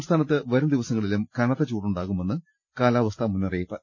സംസ്ഥാനത്ത് വരും ദിവസങ്ങളിലും കനത്ത ചൂടുണ്ടാകുമെന്ന് കാലാവസ്ഥാ മുന്നറിയിപ്പ്